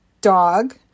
dog